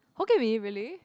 Hokkien-Mee really